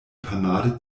panade